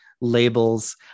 labels